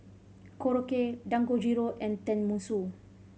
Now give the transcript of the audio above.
Korokke Dangojiru and Tenmusu